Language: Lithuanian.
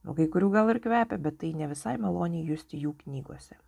nuo kai kurių gal ir kvepia bet tai ne visai maloniai justi jų knygose